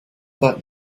that